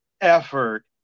effort